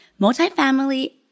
multifamily